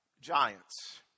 Giants